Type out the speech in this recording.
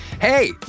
Hey